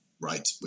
right